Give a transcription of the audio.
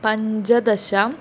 पञ्जदश